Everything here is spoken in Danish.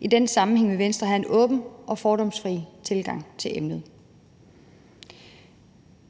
I den sammenhæng vil Venstre have en åben og fordomsfri tilgang til emnet.